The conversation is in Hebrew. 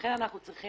ולכן אנחנו צריכים